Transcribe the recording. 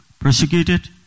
prosecuted